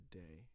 day